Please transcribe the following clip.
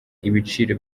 ibiciro